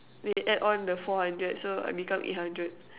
they add on the four hundred so I become eight hundred